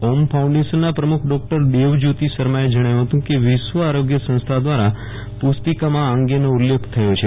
ઓમ ફાઉન્ડેશનના પ્રમુખ ડોદેવજયોતી શર્માએ જણાવ્યુ હતુ કે વિશ્વ આરોગ્ય સંસ્થા દ્રારા પુસ્તીકામા આ અંગેનો ઉલ્લેખ થયો છે